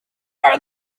are